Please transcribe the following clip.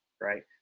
right